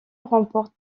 remporte